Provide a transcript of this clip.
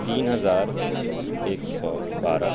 تین ہزار ایک سو بارہ